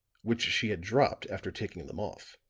which she had dropped after taking them off.